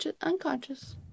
unconscious